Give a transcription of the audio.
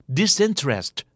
disinterest